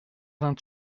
vingt